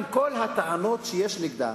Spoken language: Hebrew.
עם כל הטענות שיש נגדה,